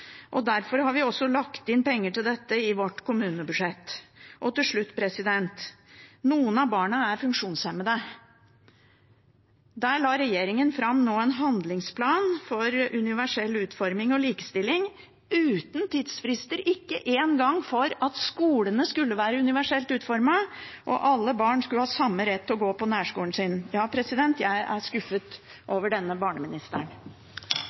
gode. Derfor har vi lagt inn penger til dette i vårt kommunebudsjett. Til slutt: Noen av barna er funksjonshemmet. Regjeringen la nå fram en handlingsplan for universell utforming og likestilling – uten tidsfrister, ikke engang for at skolene skal være universelt utformet, og for at alle barn skal ha samme rett til å gå på nærskolen sin. Ja, jeg er skuffet over denne barneministeren.